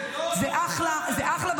זה לא אתם התחלתם.